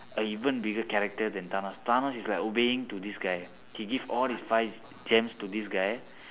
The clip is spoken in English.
a even bigger character then thanos thanos is like obeying to this guy he give all his five gems to this guy